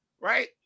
right